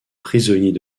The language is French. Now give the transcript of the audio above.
prisonniers